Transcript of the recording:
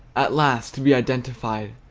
at last to be identified!